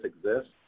exists